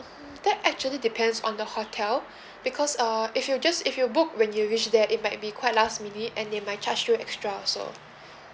mm that actually depends on the hotel because uh if you just if you book when you reach there it might be quite last minute and they may charge you extra so